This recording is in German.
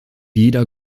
jeder